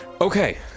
Okay